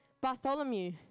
Bartholomew